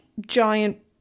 giant